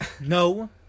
No